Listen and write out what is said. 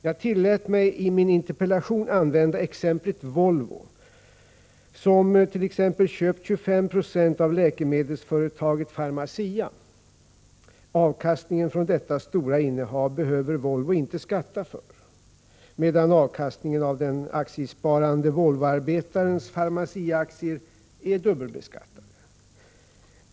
Jag tillät mig i min interpellation använda exemplet Volvo, som t.ex. köpt 25 20 av läkemedelsföretaget Pharmacia. Avkastningen från detta stora innehav behöver Volvo inte skatta för medan avkastningen av den aktiesparande Volvoarbetarens Pharmaciaaktier är dubbelbeskattad.